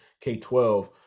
K-12